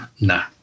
nah